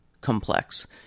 complex